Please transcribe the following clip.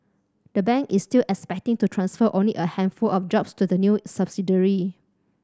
the bank is still expecting to transfer only a handful of jobs to the new subsidiary